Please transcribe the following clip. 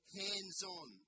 hands-on